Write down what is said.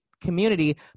community